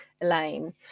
Elaine